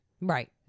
Right